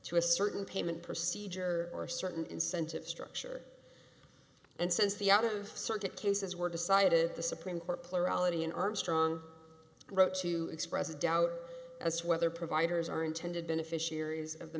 to a certain payment procedure or certain incentive structure and since the out of circuit cases were decided the supreme court plurality in armstrong wrote to express doubt as to whether providers are intended beneficiaries of the